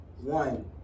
One